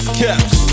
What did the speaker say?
caps